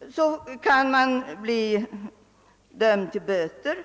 ändå kan de bli dömda till böter.